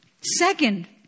Second